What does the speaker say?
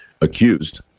accused